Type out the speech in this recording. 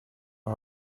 are